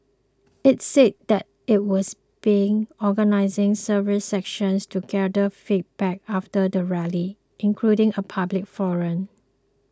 it said that it was be organising several sessions to gather feedback after the Rally including a public forum